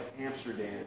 Amsterdam